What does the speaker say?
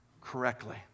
correctly